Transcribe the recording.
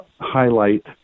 highlight